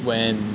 when